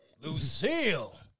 Lucille